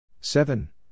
seven